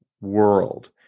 world